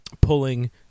Pulling